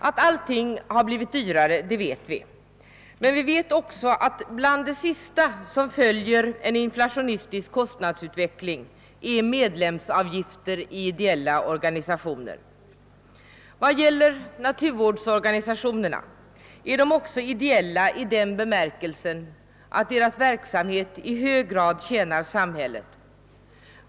Att allting blir dyrare vet vi, men vi vet också att bland det sista som följer en inflationistisk kostnadsutveckling är medlemsavgifter i ideella organisationer. Naturvårdsorganisationerna är också ideella i den bemärkelsen att deras verksamhet i hög grad tjänar samhället.